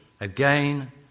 again